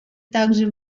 также